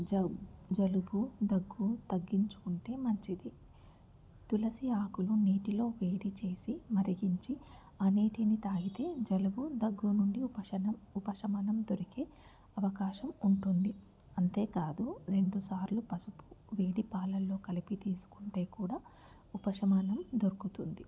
జబ్ జలుబు దగ్గు తగ్గించుకుంటే మంచిది తులసి ఆకులు నీటిలో వేడి చేసి మరిగించి ఆ నీటిని తాగితే జలుబు దగ్గు నుండి ఉపశదం ఉపశమనం దొరికే అవకాశం ఉంటుంది అంతేకాదు రెండు సార్లు పసుపు వేడి పాలలో కలిపి తీసుకుంటే కూడా ఉపశమనం దొరుకుతుంది